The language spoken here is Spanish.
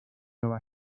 nueva